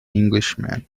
englishman